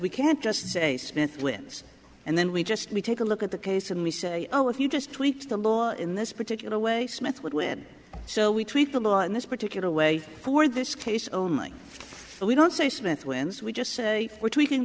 we can't just say smith wins and then we just we take a look at the case and we say oh if you just tweak the law in this particular way smith would win so we treat the law in this particular way for this case only we don't say smith wins we just say w